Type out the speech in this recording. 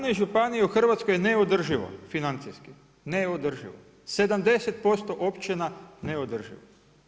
17 županija u Hrvatskoj je neodrživo financijski, neodrživo, 70% općina neodrživo.